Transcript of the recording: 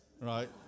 right